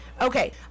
Okay